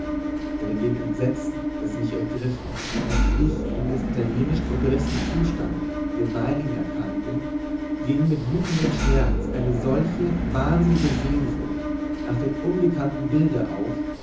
denn in dem entsetzen das mich ergriffen als ich in des italienischen obristen zustand den meinigen erkannte ging mit wütendem schmerz eine solche wahnsinnige sehnsucht nach dem unbekannten bilde auf